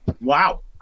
Wow